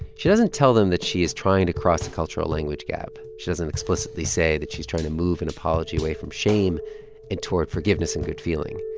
she doesn't tell them that she is trying to cross a cultural language gap. she doesn't explicitly say that she's trying to move an and apology away from shame and toward forgiveness and good feeling.